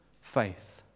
faith